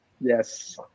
Yes